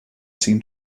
seemed